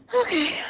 okay